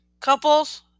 couples